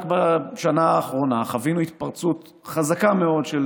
רק בשנה האחרונה חווינו התפרצות חזקה מאוד של